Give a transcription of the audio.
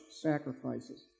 sacrifices